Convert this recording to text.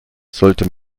sollte